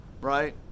right